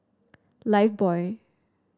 lifebuoy